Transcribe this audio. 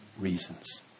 reasons